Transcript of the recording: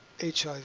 HIV